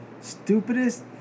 Stupidest